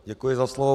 Děkuji za slovo.